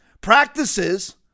practices